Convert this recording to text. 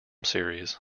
series